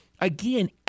again